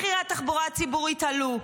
מחירי התחבורה הציבורית עלו,